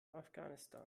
afghanistan